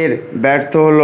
এমে ব্যর্থ হল